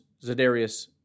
Zadarius